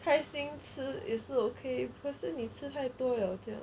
开心吃也是 okay 可是你吃太多了就